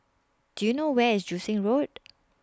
Do YOU know Where IS Joo Seng Road